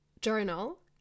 journal